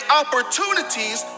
opportunities